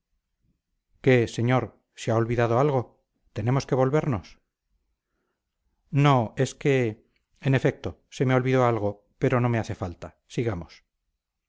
qué señor se ha olvidado algo tenemos que volvernos no es que en efecto se me olvidó algo pero no me hace falta sigamos